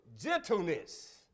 gentleness